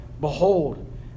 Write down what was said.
Behold